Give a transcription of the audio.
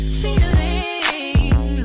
feeling